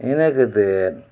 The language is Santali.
ᱤᱱᱟᱹ ᱠᱟᱛᱮᱫ